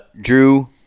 drew